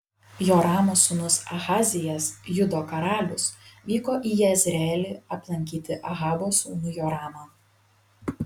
joramo sūnus ahazijas judo karalius vyko į jezreelį aplankyti ahabo sūnų joramą